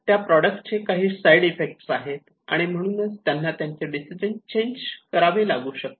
त्या प्रॉडक्टचे काही साईड इफेक्ट आहे आणि म्हणूनच त्यांना त्यांचे डिसिजन चेंज करावे लागू शकते